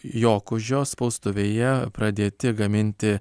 jokužio spaustuvėje pradėti gaminti